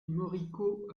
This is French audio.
moricaud